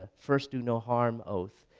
ah first do no harm oath,